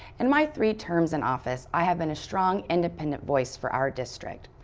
and my three terms in office, i have been a strong independent voice for our district.